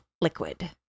liquid